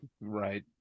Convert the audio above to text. right